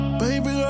baby